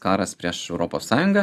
karas prieš europos sąjungą